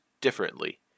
differently